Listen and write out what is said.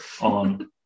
on